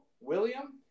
William